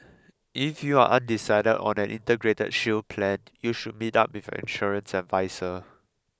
if you are undecided on an Integrated Shield Plan you should meet up with your insurance adviser